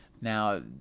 Now